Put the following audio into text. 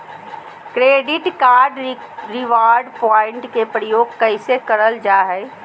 Credit card reward point के प्रयोग कैसे करल जा है?